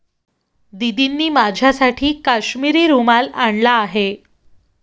दीदींनी माझ्यासाठी काश्मिरी रुमाल आणला आहे